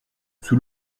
sous